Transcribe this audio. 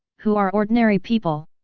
who are ordinary people.